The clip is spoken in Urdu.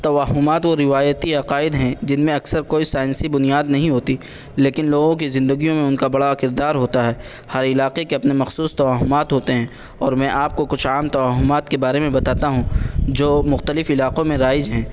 توہمات وو روایتی عقائد ہیں جن میں اکثر کوئی سائنسی بنیاد نہیں ہوتی لیکن لوگوں کی زندگیوں میں ان کا بڑا کردار ہوتا ہے ہر علاقے کے اپنے مخصوص توہمات ہوتے ہیں اور میں آپ کو کچھ عام توہمات کے بارے میں بتاتا ہوں جو مختلف علاقوں میں رائج ہیں